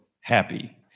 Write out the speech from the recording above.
happy